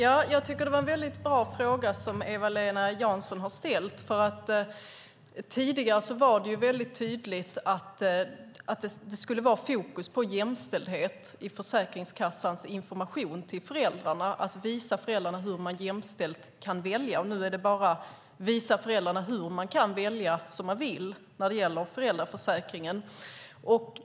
Fru talman! Det är en bra fråga som Eva-Lena Jansson har ställt. Tidigare var det tydligt att det skulle vara fokus på jämställdhet i Försäkringskassans information till föräldrarna. Man skulle visa föräldrarna hur de kunde välja jämställt. Nu handlar det bara om att visa föräldrarna hur de kan välja som de vill när det gäller föräldraförsäkringen.